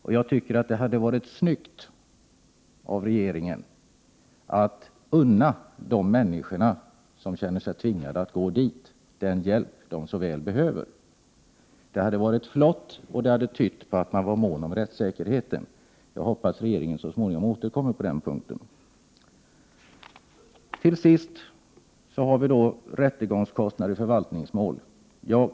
Det hade enligt min mening varit snyggt av regeringen att unna de människor som känner sig tvingade att vända sig dit den hjälp de så väl behöver. Detta hade varit flott och hade visat på att man är mån om rättssäkerheten. Jag hoppas att regeringen så småningom återkommer på denna punkt. Till sist till frågan om rättegångskostnader i förvaltningsmål.